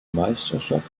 meisterschaft